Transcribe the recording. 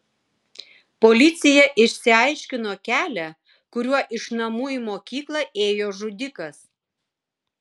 policija išsiaiškino kelią kuriuo iš namų į mokyklą ėjo žudikas